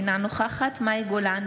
אינה נוכחת מאי גולן,